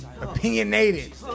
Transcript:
opinionated